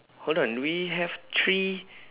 hold on we have three